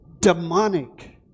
demonic